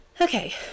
Okay